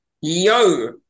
Yo